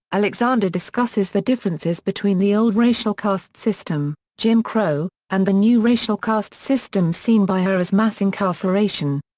alexander discusses the differences between the old racial caste system, jim crow, and the new racial caste system seen by her as mass incarceration.